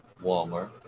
Walmart